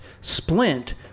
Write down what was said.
splint